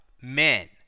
men